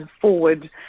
forward